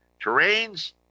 terrains